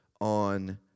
on